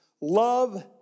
love